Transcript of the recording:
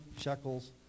shekels